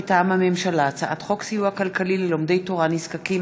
מטעם הממשלה: הצעת חוק סיוע כלכלי ללומדי תורה נזקקים,